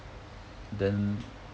then